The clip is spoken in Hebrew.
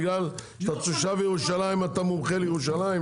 בגלל שאתה תושב ירושלים אתה מומחה לירושלים?